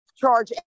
charge